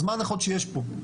אז מה ההנחות שיש פה?